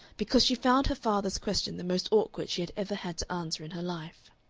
because she found her father's question the most awkward she had ever had to answer in her life.